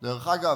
דרך אגב,